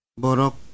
borok